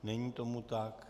Není tomu tak.